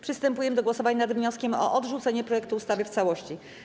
Przystępujemy do głosowania nad wnioskiem o odrzucenie projektu ustawy w całości.